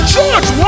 George